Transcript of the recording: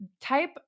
Type